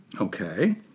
Okay